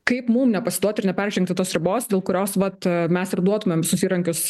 kaip mum nepasiduoti ir neperžengti tos ribos dėl kurios vat mes ir duotumėm visus įrankius